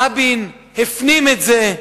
רבין הפנים את זה.